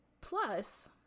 Plus